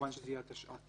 כמובן שזה יהיה התשע"ט.